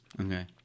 Okay